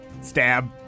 Stab